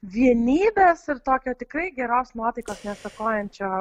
vienybės ir tokio tikrai geros nuotaikos nestokojančio